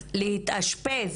אז להתאשפז,